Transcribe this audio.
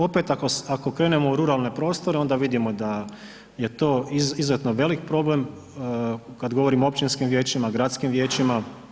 Opet ako krenemo u ruralne prostore onda vidimo da je to izuzetno velik problem kada govorimo o općinskim vijećima, gradskim vijećima.